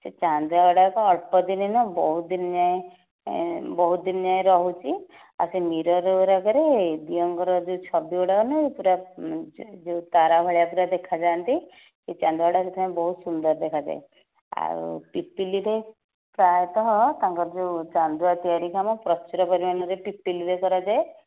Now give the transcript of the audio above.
ସେ ଚାନ୍ଦୁଆ ଗୁଡ଼ାକ ଅଳ୍ପ ଦିନ ନୁହେଁ ବହୁତ ଦିନ ଯାଏ ବହୁତ ଦିନ ଯାଏ ରହୁଛି ଆଉ ସେ ମିରର୍ ଗୁଡ଼ାକରେ ଦିଅଁଙ୍କର ଯୋଉ ଛବି ଗୁଡ଼ାକ ନାହିଁ ପୁରା ଯେଉଁ ତାରା ଭଳିଆ ପୁରା ଦେଖାଯାଆନ୍ତି ସେହି ଚାନ୍ଦୁଆ ଗୁଡ଼ା ସେଥିପାଇଁ ବହୁତ ସୁନ୍ଦର ଦେଖାଯାଏ ଆଉ ପିପିଲିରେ ପ୍ରାୟତଃ ତାଙ୍କର ଯେଉଁ ଚାନ୍ଦୁଆ ତିଆରୀ କାମ ପ୍ରଚୁର ପରିମାଣରେ ପିପିଲିରେ କରାଯାଏ